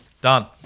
Done